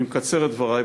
אני מקצר את דברי.